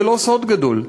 זה לא סוד גדול,